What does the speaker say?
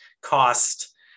cost